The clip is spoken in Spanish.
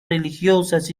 religiosas